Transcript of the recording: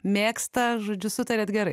mėgsta žodžiu sutariat gerai